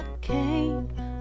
came